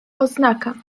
oznaka